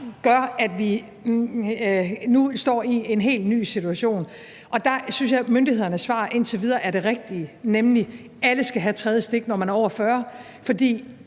gør, at vi nu står i en helt ny situation, og der synes jeg, at myndighedernes svar indtil videre er det rigtige, nemlig at alle, der er over 40 år,